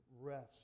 rest